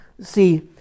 See